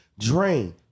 drain